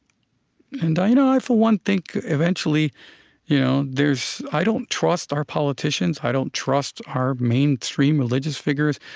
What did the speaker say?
and you know i, for one, think eventually yeah there's i don't trust our politicians. i don't trust our mainstream religious figures.